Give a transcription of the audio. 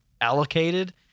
allocated